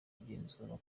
kugenzura